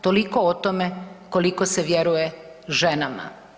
Toliko o tome koliko se vjeruje ženama.